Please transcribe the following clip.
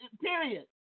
Period